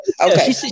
Okay